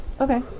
okay